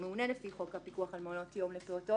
לפי חוק הפיקוח על מעונות יום לפעוטות.